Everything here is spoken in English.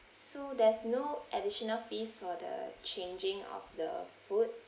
so there's no additional fees for the changing of the food